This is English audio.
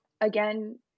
Again